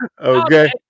Okay